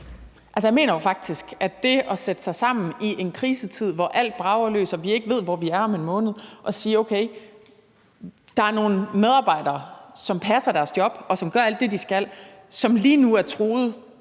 Jeg mener jo faktisk det med at sætte sig sammen i en krisetid, hvor alt brager løs, og vi ikke ved, hvor vi er om en måned, og sige: Okay, der er nogle medarbejdere, som passer deres job, og som gør alt det, de skal, som lige nu er truede